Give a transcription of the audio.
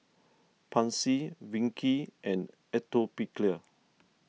Pansy Vichy and Atopiclair